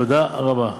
תודה רבה.